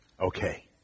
Okay